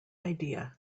idea